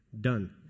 Done